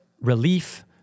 relief